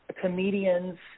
comedians